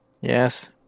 Yes